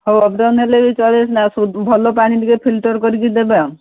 ହଉ up down ହେଲେ ବି ଚଳିବ ଭଲ ପାଣି ଟିକେ ଫିଲ୍ଟର କରିକି ଦେବେ ଆଉ